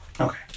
Okay